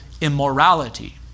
immorality